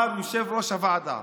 יושב-ראש הישיבה.